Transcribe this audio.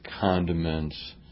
condiments